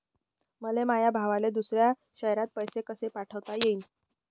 मले माया भावाले दुसऱ्या शयरात पैसे कसे पाठवता येईन?